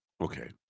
Okay